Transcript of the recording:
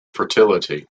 fertility